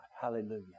Hallelujah